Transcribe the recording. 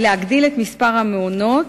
להגדיל את מספר המעונות,